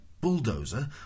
bulldozer